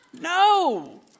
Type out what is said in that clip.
No